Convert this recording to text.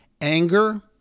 anger